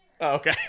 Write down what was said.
Okay